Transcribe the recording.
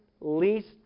least